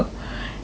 ya lor